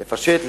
לפשט,